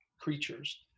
creatures